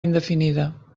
indefinida